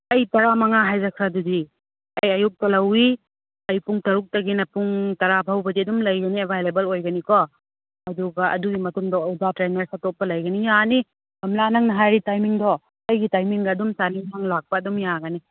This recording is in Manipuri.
ꯑꯩ ꯇꯔꯥ ꯃꯉꯥ ꯍꯥꯏꯖꯈ꯭ꯔꯗꯨꯗꯤ ꯑꯩ ꯑꯌꯨꯛꯇ ꯂꯧꯏ ꯑꯩ ꯄꯨꯡ ꯇꯔꯨꯛꯇꯒꯤꯅ ꯄꯨꯡ ꯇꯔꯥ ꯐꯥꯎꯕꯗꯤ ꯑꯗꯨꯝ ꯂꯩꯒꯅꯤ ꯑꯦꯕꯥꯏꯂꯦꯕꯜ ꯑꯣꯏꯒꯅꯤꯀꯣ ꯑꯗꯨꯒ ꯑꯗꯨꯒꯤ ꯃꯇꯨꯡꯗ ꯑꯣꯖꯥ ꯇ꯭ꯔꯦꯅꯔꯁ ꯑꯇꯣꯞꯄ ꯂꯩꯒꯅꯤ ꯌꯥꯅꯤ ꯀꯝꯂꯥ ꯅꯪꯅ ꯍꯥꯏꯔꯤ ꯇꯥꯏꯃꯤꯡꯗꯣ ꯑꯩꯒꯤ ꯇꯥꯏꯃꯤꯡꯒ ꯑꯗꯨꯝ ꯆꯥꯟꯅꯩ ꯅꯪ ꯂꯥꯛꯄ ꯑꯗꯨꯝ ꯌꯥꯒꯅꯤ